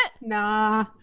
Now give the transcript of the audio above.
Nah